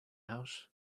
house